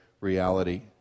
reality